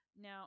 Now